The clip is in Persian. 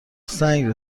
سنگ